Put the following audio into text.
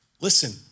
Listen